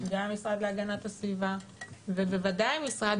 גם המשרד להגנת הסביבה ובוודאי משרד